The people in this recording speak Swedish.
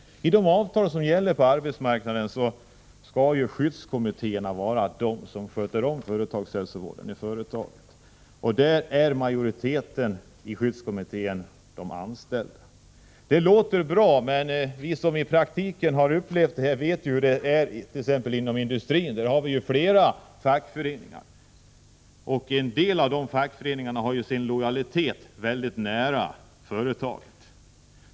I de avtal som gäller på arbetsmarknaden skall skyddskommittéerna vara de som sköter om företagshälsovården. De anställdas representanter har majoritet i skyddskommittéerna, och det låter bra, men vi som har upplevt detta i praktiken vet hur det är t.ex. inom industrin. Där finns ju flera fackföreningar, och en del av dem har sin lojalitet väldigt nära företaget.